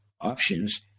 options